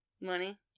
Money